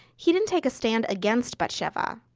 he didn't take a stand against batsheva.